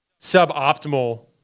suboptimal